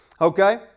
okay